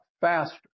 faster